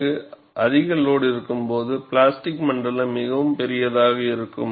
எனக்கு அதிக லோடு இருக்கும்போது பிளாஸ்டிக் மண்டலம் மிகவும் பெரியதாக இருக்கும்